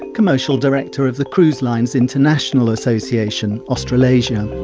commercial director of the cruise lines international association australasia.